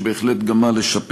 יש בהחלט גם מה לשפר.